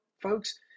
folks